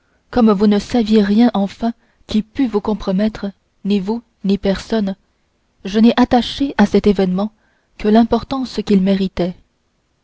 comme vous ne saviez rien enfin qui pût vous compromettre ni vous ni personne je n'ai attaché à cet événement que l'importance qu'il méritait